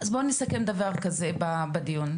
אז בואו נסכם דבר כזה בדיון,